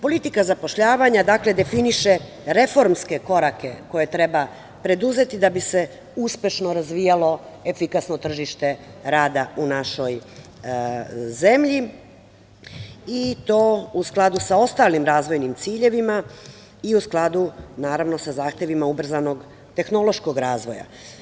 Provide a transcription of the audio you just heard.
Politika zapošljavanja, dakle, definiše reformske korake koje treba preduzeti da bi se uspešno razvijalo efikasno tržište rada u našoj zemlji i to u skladu sa ostalim razvojnim ciljevima i u skladu, naravno, sa zahtevima ubrzanog tehnološkog razvoja.